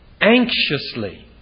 anxiously